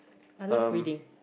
I love reading